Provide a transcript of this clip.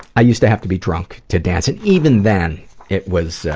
i used to have to be drunk to dance and even then it was,